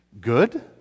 good